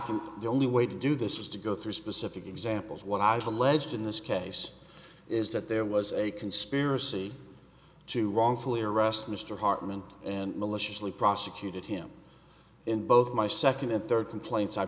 can the only way to do this is to go through specific examples of what i was alleged in this case is that there was a conspiracy to wrongfully arrest mr hartman and maliciously prosecuted him in both my second and third complaints i